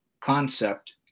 concept